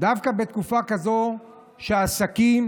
דווקא בתקופה כזאת, כשעסקים